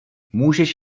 můžeš